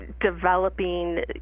developing